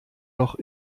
noch